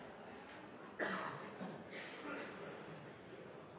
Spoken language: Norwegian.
tok